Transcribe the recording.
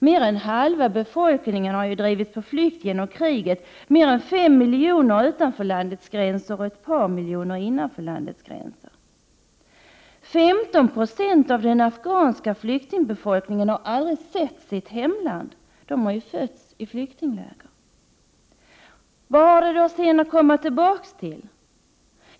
Mer än halva befolkningen har drivits på flykt genom kriget — mer än fem miljoner utanför landets gränser och ett par miljoner innanför landets gränser. 15 96 av den afghanska flyktingbefolkningen har aldrig sett sitt hemland — de har ju fötts i flyktingläger. Vad har de då att komma tillbaka till?